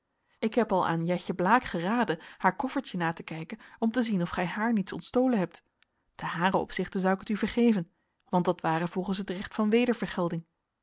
ik heb al aan jetje blaek geraden haar koffertje na te kijken om te zien of gij haar niets ontstolen hebt ten haren opzichte zou ik het u vergeven want dat ware volgens het recht van